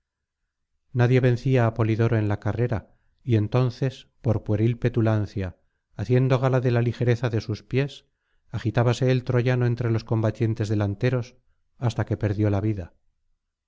nadie vencía á polidoro en la carrera y entonces por pueril petulancia haciendo gala de la ligereza de sus pies agitábase el troyano entre los combatientes delanteros hasta que perdió la vida